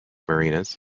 marinas